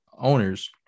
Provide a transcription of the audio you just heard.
owners